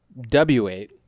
W8